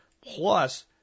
plus